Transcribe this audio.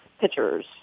pitchers